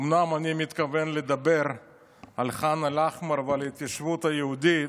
אומנם אני מתכוון לדבר על ח'אן אל-אחמר ועל ההתיישבות היהודית,